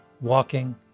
walking